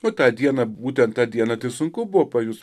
nu tą dieną būtent tą dieną tai sunku buvo pajust